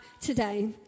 today